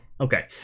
okay